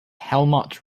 helmut